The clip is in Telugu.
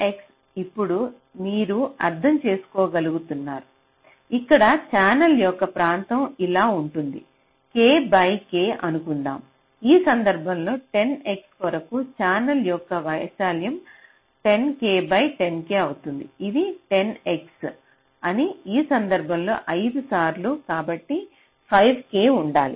10X ఇప్పుడు మీరు అర్థం చేసుకోగలుగుతారు ఇక్కడ ఛానెల్ యొక్క ప్రాంతం ఇలా ఉంటుంది k బై k అనుకుందాం ఈ సందర్భంలో 10 X కొరకు ఛానెల్ యొక్క వైశాల్యం 10 k బై 10 k అవుతుంది ఇది 10 X అని ఆ సందర్భంలో 5 సార్లు కాబట్టి 5 k ఉండాలి